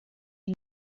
die